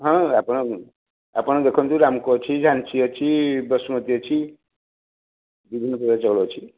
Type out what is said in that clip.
ହଁ ଆପଣ ଆପଣ ଦେଖନ୍ତୁ ରାମକୋ ଅଛି ଝାନ୍ସି ଅଛି ବାସୁମତୀ ଅଛି ବିଭିନ୍ନ ପ୍ରକାର ଚାଉଳ ଅଛି